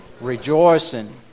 Rejoicing